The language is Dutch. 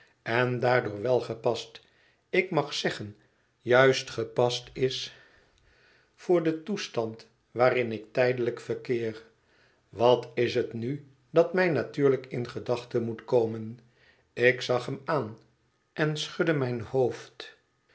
en daardoor wel gepast ik mag zeggen juist gepast is voor den toestand waarin ik tijdelijk verkeer wat is het nu dat mij natuurlijk in gedachten moet komen ik zag hem aan en schudde mijn hoofd